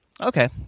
Okay